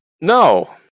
No